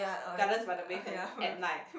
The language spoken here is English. Gardens-by-the-Bay Saturday at night